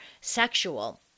sexual